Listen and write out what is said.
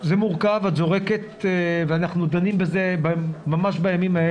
זה מורכב, אנחנו דנים בזה ממש בימים אלה